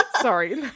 Sorry